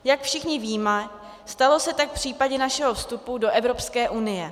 Jak všichni víme, stalo se tak v případě našeho vstupu do Evropské unie.